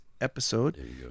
episode